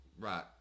Right